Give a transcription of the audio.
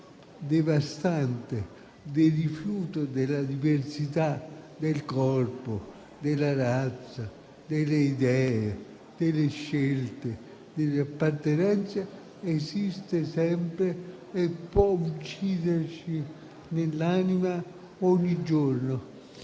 devastante del rifiuto della diversità del corpo, della razza, delle idee, delle scelte, delle appartenenze esiste sempre e può ucciderci nell'anima ogni giorno.